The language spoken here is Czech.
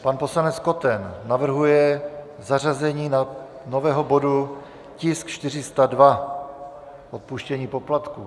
Pan poslanec Koten navrhuje zařazení nového bodu, tisk 402, odpuštění poplatků.